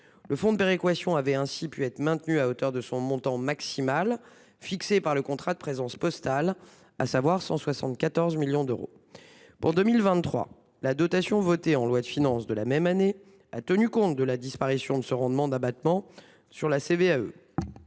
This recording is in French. Le fonds de péréquation avait ainsi pu être maintenu à son montant maximal, fixé par le contrat de présence postale à 174 millions d'euros. Pour 2023, la dotation votée en loi de finances a tenu compte de la disparition du rendement d'abattement sur la CVAE.